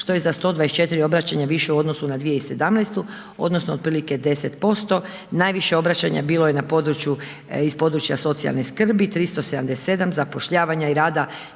što je za 124 obraćanja više u odnosu na 2017. odnosno, otprilike 10%. Najviše obraćanja bilo je na području, iz područja socijalne skrbi, 377, zapošljavanja i rada